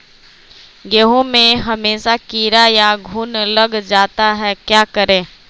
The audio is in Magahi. गेंहू में हमेसा कीड़ा या घुन लग जाता है क्या करें?